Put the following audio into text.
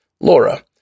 Laura